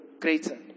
greater